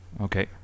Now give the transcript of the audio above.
Okay